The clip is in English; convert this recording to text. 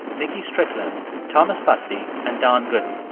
nikki strickland, thomas bosie and dawn gooden.